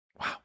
wow